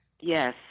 Yes